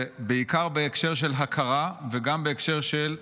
בגיל 21. זה בעיקר בהקשר של הכרה וגם בהקשר של תגמולים.